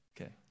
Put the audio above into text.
Okay